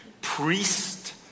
priest